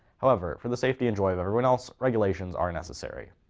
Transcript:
however, for the safety and joy of everyone else regulations are necessary.